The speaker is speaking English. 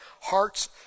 hearts